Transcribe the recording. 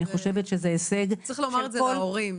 אני חושבת שזה הישג --- צריך לומר את זה להורים,